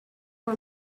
for